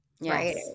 right